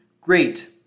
great